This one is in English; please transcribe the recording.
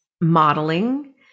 modeling